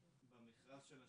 במכרז שלה,